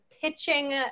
pitching